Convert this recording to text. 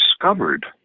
discovered